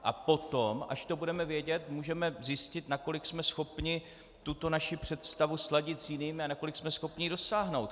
A potom, až to budeme vědět, můžeme zjistit, nakolik jsme schopni tuto naši představu sladit s jinými a nakolik jsme schopni ji dosáhnout.